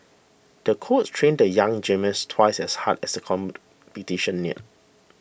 the coach trained the young gymnast twice as hard as competition neared